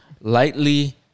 Lightly